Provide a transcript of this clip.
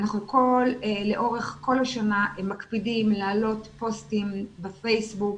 אנחנו לאורך כל השנה מקפידים להעלות פוסטים בפייסבוק,